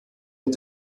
mit